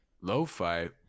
Lo-fi